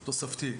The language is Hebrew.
תוספתי,